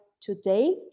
today